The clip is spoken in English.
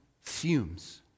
fumes